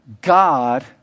God